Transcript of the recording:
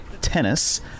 tennis